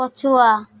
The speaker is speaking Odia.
ପଛୁଆ